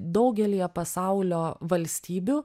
daugelyje pasaulio valstybių